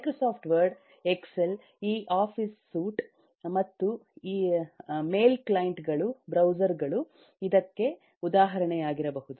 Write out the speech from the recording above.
Microsoft Word Excel ಈ office suite ಮತ್ತು mail client ಗಳು ಬ್ರೌಸರ್ ಗಳು ಇದಕ್ಕೆ ಉದಾಹರಣೆಯಾಗಿರಬಹುದು